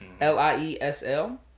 l-i-e-s-l